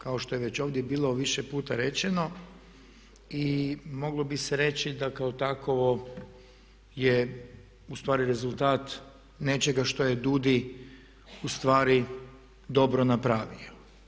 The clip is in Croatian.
Kao što je već ovdje bilo više puta rečeno i moglo bi se reći da kao takovo je u stvari rezultat nečega što je DUUDI u stvari dobro napravio.